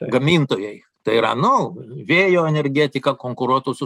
gamintojai tai yra nu vėjo energetika konkuruotų su